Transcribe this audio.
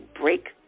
break